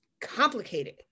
complicated